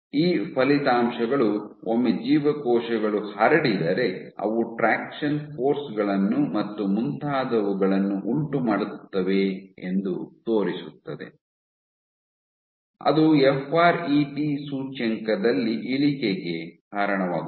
ಈ ಫಲಿತಾಂಶಗಳು ಒಮ್ಮೆ ಜೀವಕೋಶಗಳು ಹರಡಿದರೆ ಅವು ಟ್ರಾಕ್ಷನ್ ಫೋರ್ಸ್ ಗಳನ್ನು ಮತ್ತು ಮುಂತಾದವುಗಳನ್ನು ಉಂಟುಮಾಡುತ್ತವೆ ಎಂದು ತೋರಿಸುತ್ತದೆ ಅದು ಎಫ್ ಆರ್ ಇ ಟಿ ಸೂಚ್ಯಂಕದಲ್ಲಿ ಇಳಿಕೆಗೆ ಕಾರಣವಾಗುತ್ತದೆ